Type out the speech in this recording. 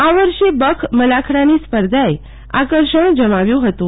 આ વર્ષે બખ મલાખડાની સ્પર્ધાએ આકર્ષણ જમાવ્યુ હતું